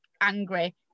angry